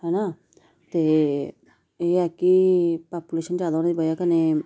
है ना ते एह् है कि पापुलेशन जैदा होने दी बजह् कन्नै